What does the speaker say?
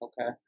Okay